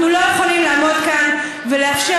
אנחנו לא יכולים לעמוד כאן ולאפשר